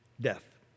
death